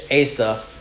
Asa